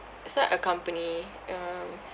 it's like a company um